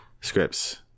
scripts